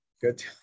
Good